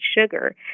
sugar